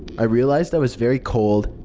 i realized i was very cold,